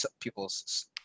people's